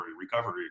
recovery